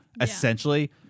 essentially